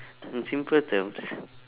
in simple terms